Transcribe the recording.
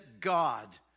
God